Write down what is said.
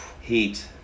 Heat